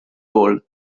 hall